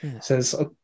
Says